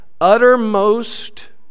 Uttermost